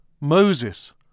Moses